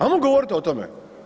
Ajmo govorit o tome.